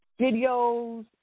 videos